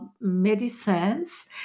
medicines